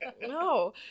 no